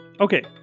Okay